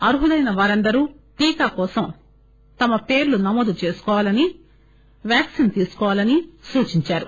అర్ఖులైన వారందరూ టీకా కోసం నమోదు చేసుకోవాలని వ్యాక్సిన్ తీసుకోవాలని సూచించారు